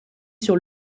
sur